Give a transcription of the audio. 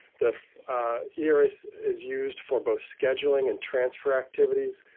the era is is used for both scheduling and transfer activities,